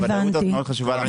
הוודאות הזאת מאוד חשובה למעסיקים.